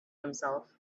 himself